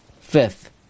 fifth